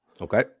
Okay